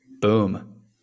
Boom